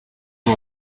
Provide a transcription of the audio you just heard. uwo